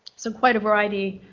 so quite a variety